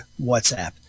WhatsApp